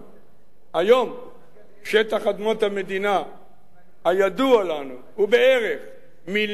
היום שטח אדמות המדינה הידוע לנו הוא בערך מיליון דונם,